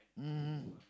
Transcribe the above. mmhmm